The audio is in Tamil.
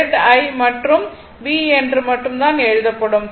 Z I மற்றும் V என்று மட்டும் தான் எழுதப்படும்